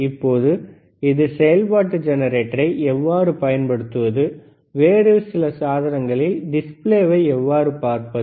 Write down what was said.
இப்போது இந்த செயல்பாட்டு ஜெனரேட்டரை எவ்வாறு பயன்படுத்துவது வேறு சில சாதனங்களில் டிஸ்ப்ளேவை எவ்வாறு பார்ப்பது